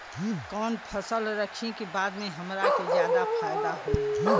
कवन फसल रखी कि बाद में हमरा के ज्यादा फायदा होयी?